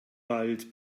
wald